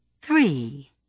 Three